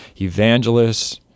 evangelists